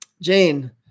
Jane